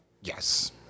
Yes